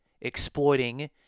exploiting